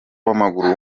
w’amaguru